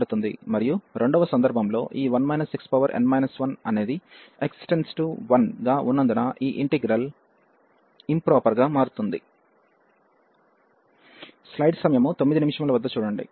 మరియు రెండవ సందర్భంలో ఈ 1 xn 1 అనేది x→1గా ఉన్నందున ఈ ఇంటిగ్రల్ ఇంప్రాపర్ గా మారుతోంది